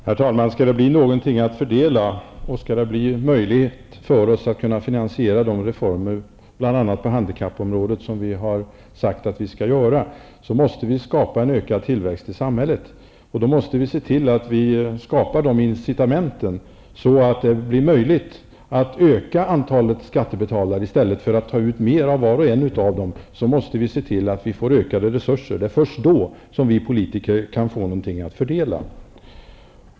Herr talman! Om det skall bli något att fördela och om det skall bli möjligt för oss att finansiera de reformer, bl.a. på handikappområdet, som vi har sagt att vi skall genomföra, måste vi skapa en ökad tillväxt i samhället. Då måste vi se till att vi skapar sådana incitament att det blir möjligt att öka antalet skattebetalare i stället för att ta ut mer av var och en av dem. Vi måste se till att vi får ökade resurser. Det är först då som vi politiker kan få någonting att fördela.